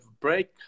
break